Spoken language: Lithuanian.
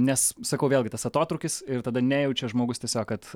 nes sakau vėlgi tas atotrūkis ir tada nejaučia žmogus tiesiog kad